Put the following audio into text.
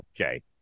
Okay